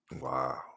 Wow